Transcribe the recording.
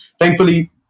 thankfully